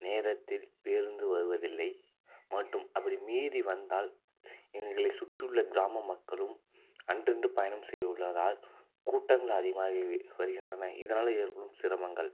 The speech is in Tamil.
நேரத்தில் பேருந்து வருவதில்லை மட்டும் அப்படி மீறி வந்தால் எங்களை சுற்றி உள்ள கிராம மக்களும் அன்றன்று பயணம் செய்ய உள்ளதால் கூட்டங்கள் அதிகமாகவே வருகின்றன இதனால் ஏற்படும் சிரமங்கள்